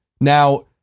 Now